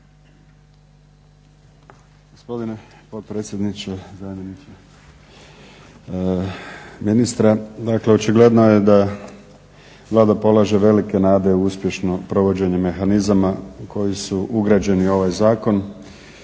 Gospodine potpredsjedniče, zamjeniče ministra. Dakle očigledno je da Vlada polaže velike nade u uspješno provođenje mehanizama koji su ugrađeni u ovaj zakon